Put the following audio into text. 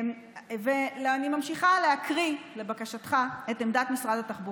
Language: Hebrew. אני ממשיכה להקריא, לבקשתך, את עמדת משרד התחבורה.